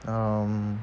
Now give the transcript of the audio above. um